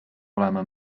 olema